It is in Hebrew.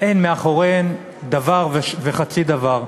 אין מאחוריהן דבר וחצי דבר.